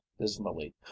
dismally